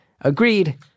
agreed